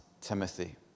Timothy